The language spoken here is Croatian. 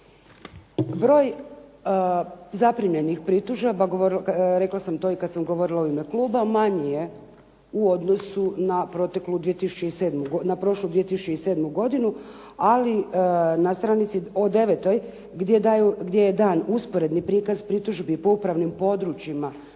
Broj zaprimljenih pritužaba, rekla sam to i kad sam govorila u ime kluba, manji je u odnosu na prošlu 2007. godinu, ali na stranici 9. gdje je dan usporedni prikaz pritužbi po upravnim područjima